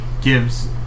gives